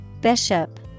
Bishop